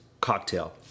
cocktail